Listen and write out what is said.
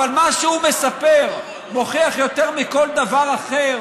אבל מה שהוא מספר מוכיח יותר מכל דבר אחר